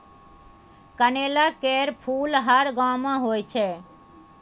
कनेलक केर फुल हर गांव मे होइ छै